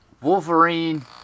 Wolverine